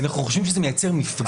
-- אנחנו חושבים שזה מייצר מפגע.